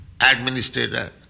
administrator